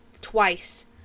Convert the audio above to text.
twice